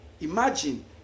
Imagine